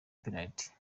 penariti